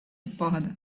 спогади